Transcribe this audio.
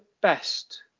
best